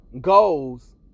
goals